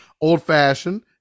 old-fashioned